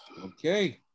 Okay